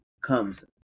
comes